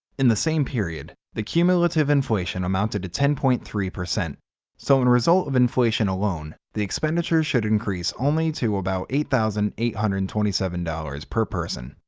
in the same period, the cumulative inflation amounted to ten point three, so in result of inflation alone the expenditures should increase only to about eight thousand eight hundred and twenty seven dollars per person.